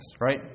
right